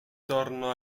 torno